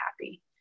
happy